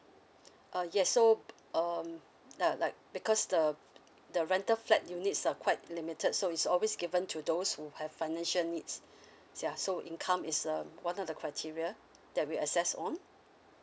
ah yes so um uh like because the the rental flat units are quite limited so it's always given to those who have financial needs ya so income is um one of the criteria that we assess on